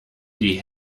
die